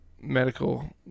medical